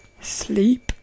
sleep